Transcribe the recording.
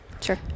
Sure